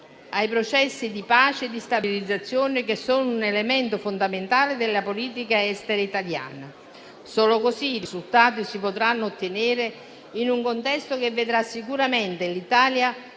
ai processi di pace e di stabilizzazione, che sono un elemento fondamentale della politica estera italiana. Solo così si potranno ottenere dei risultati in un contesto che vedrà sicuramente l'Italia